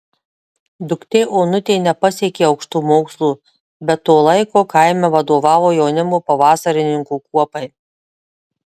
duktė onutė nepasiekė aukštų mokslų bet to laiko kaime vadovavo jaunimo pavasarininkų kuopai